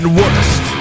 worst